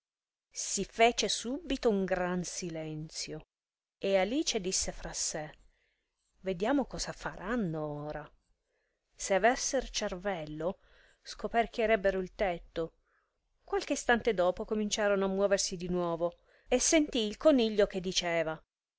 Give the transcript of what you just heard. si fece subito un gran silenzio e alice disse fra sè vediamo cosa faranno ora se avesser cervello scoperchierebbero il tetto qualche istante dopo cominciarono a muoversi di nuovo e sentì il coniglio che diceva